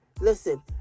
Listen